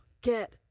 get